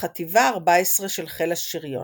בחטיבה 14 של חיל השריון.